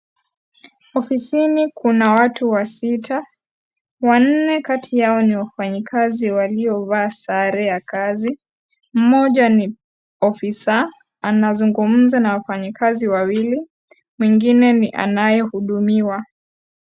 Ofisini kuna watu wa sita. Wanne katika yao ni wafinyakazi waliovaa sare ya kazi. Mmoja ni ofisa. Anazungumza na wafanyikazi wawili. Mwingine ni anayehudumiwa.